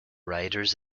riders